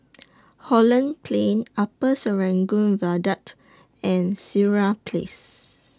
Holland Plain Upper Serangoon Viaduct and Sireh Place